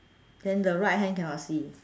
then the right hand can not see